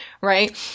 right